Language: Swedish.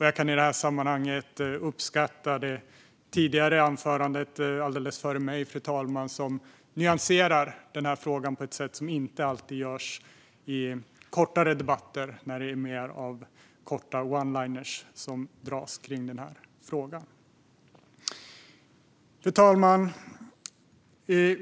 Jag kan i det här sammanhanget uppskatta anförandet alldeles före mitt, fru talman, som nyanserade den här frågan på ett sätt som inte alltid görs i kortare debatter då det är mer av oneliners som dras rörande den här frågan. Fru talman!